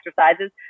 exercises